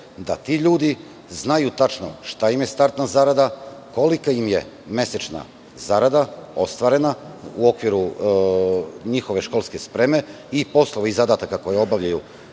da ti ljudi znaju tačno šta im je startna zarada, kolika im je mesečna zarada, ostvarena u okviru njihove školske spreme i poslova i zadataka koje obavljaju